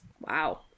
Wow